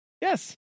yes